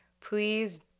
please